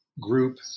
group